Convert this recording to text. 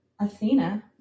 Athena